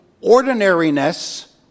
ordinariness